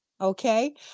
okay